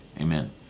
Amen